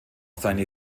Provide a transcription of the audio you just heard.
seine